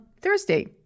Thursday